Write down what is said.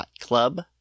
Club